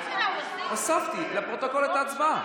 הוספתי לפרוטוקול את ההצבעה.